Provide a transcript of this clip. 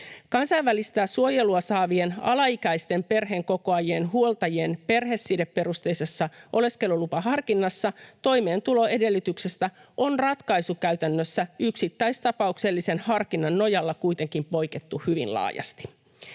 Kansainvälistä suojelua saavien alaikäisten perheenkokoajien huoltajien perhesideperusteisessa oleskelulupaharkinnassa toimeentuloedellytyksestä on ratkaisukäytännössä yksittäistapauksellisen harkinnan nojalla kuitenkin poikettu hyvin laajasti.